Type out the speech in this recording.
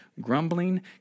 grumbling